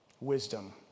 Wisdom